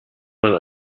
man